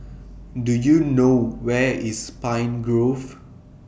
Do YOU know Where IS Pine Grove